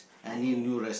I have